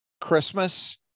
Christmas